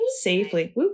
safely